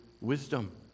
wisdom